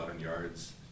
yards